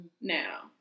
now